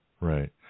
Right